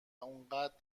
اونقدر